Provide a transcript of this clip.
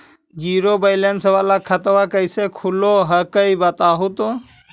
Zero balance वाला खतवा कैसे खुलो हकाई बताहो तो?